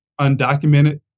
undocumented